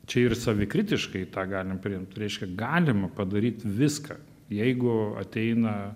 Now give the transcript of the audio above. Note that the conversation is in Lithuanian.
čia ir savikritiškai tą galim priimt reiškia galima padaryt viską jeigu ateina